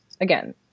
again